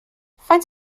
faint